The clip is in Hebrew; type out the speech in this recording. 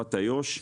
לטובת איו"ש.